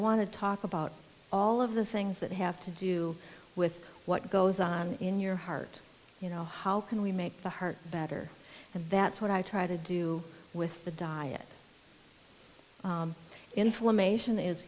want to talk about all of the things that have to do with what goes on in your heart you know how can we make the heart better and that's what i try to do with the diet information is